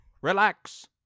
relax